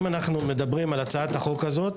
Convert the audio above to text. אם אנחנו מדברים על הצעת החוק הזאת,